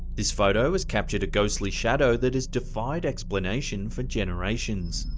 this photo has captured a ghostly shadow that has defied explanation for generations.